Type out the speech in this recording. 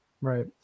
right